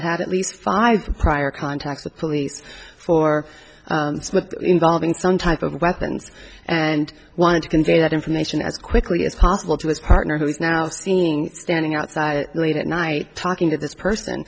had had at least five prior contact with police for involving some type of weapons and wanted to convey that information as quickly as possible to his partner who is now seeing standing outside late at night talking to this person